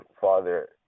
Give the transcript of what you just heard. Father